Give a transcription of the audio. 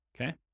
okay